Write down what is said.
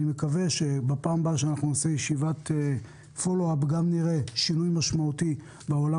אני מקווה שבפעם הבאה שנקיים ישיבת מעקב נראה שינוי משמעותי בעולם